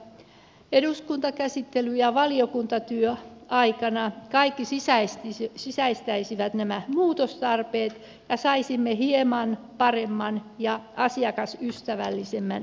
toivon että eduskuntakäsittelyn ja valiokuntatyön aikana kaikki sisäistäisivät nämä muutostarpeet ja saisimme hieman paremman ja asiakasystävällisemmän sähkömarkkinalain voimaan